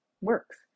works